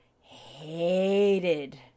hated